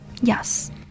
Yes